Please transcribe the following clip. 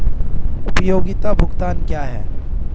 उपयोगिता भुगतान क्या हैं?